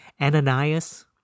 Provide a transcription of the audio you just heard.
Ananias